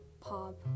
Pop